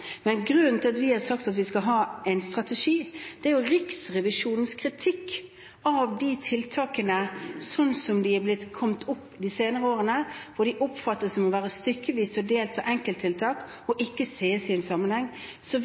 Men grunnen til at vi har sagt at vi skal ha en strategi, er Riksrevisjonens kritikk av de tiltakene som er kommet de senere årene. De oppfattes som stykkevise og delte enkelttiltak som ikke ses i en sammenheng. Så